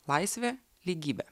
laisvė lygybė